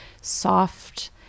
soft